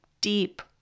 deep